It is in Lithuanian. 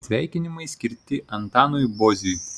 sveikinimai skirti antanui boziui